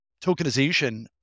tokenization